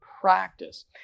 practice